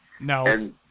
No